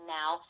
now